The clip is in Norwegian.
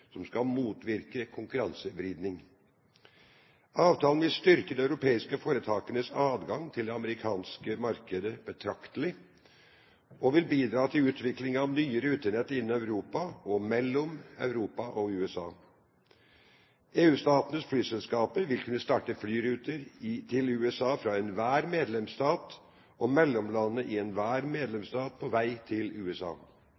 som skal motvirke konkurransevridning. Avtalen vil styrke de europeiske foretakenes adgang til det amerikanske markedet betraktelig og vil bidra til utvikling av nye rutenett innen Europa og mellom Europa og USA. EU-statenes flyselskaper vil kunne starte flyruter til USA fra enhver medlemsstat og mellomlande i enhver